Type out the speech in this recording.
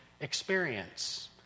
experience